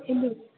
hello